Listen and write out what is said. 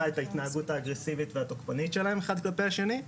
את ההתנהגות האגרסיבית והתוקפנית שלהם אחד כלפי השני,